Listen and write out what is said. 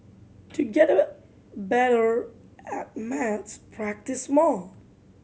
to get better at maths practise more